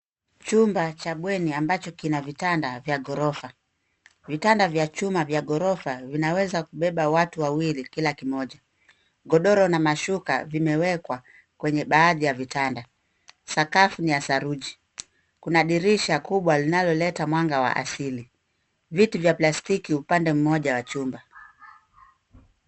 Chumba cha bweni ambacho kina vitanda vya ghorofa. Vitanda vya chuma vya ghorofa vinaweza kubeba watu wawili kila kimoja. Godoro na mashuka vimewekwa kwenye baadhi ya vitanda, skafu ni ya saruji. Kuna dirisha kubwa linaloleta mwanga wa asili. Viti vya plastiki upande mmoja wa chumba.